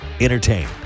Entertain